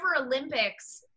Olympics